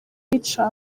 yica